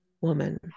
woman